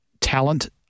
talent